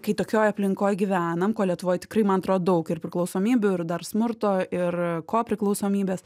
kai tokioj aplinkoj gyvenam ko lietuvoj tikrai man atrodo daug ir priklausomybių ir dar smurto ir kopriklausomybės